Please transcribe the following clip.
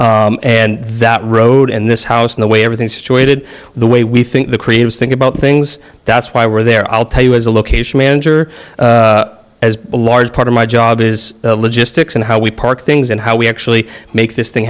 world and that road and this house in the way everything situated the way we think the creators think about things that's why we're there i'll tell you as a location manager as a large part of my job is logistics and how we park things and how we actually make this thing